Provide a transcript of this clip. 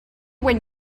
when